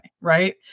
Right